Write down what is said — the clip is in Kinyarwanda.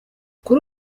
kuri